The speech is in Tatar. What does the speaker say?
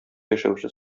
яшәүче